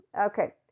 Okay